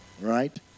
Right